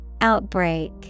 Outbreak